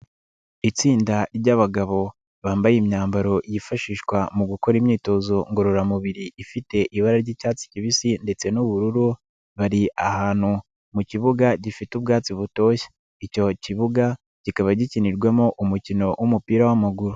Itsinda ry'abagabo bambaye imyambaro yifashishwa mu gukora imyitozo ngororamubiri ifite ibara ry'icyatsi kibisi ndetse n'ubururu bari ahantu mu kibuga gifite ubwatsi butoshye, icyo kibuga kikaba gikinirwamo umukino w'umupira wa'amaguru.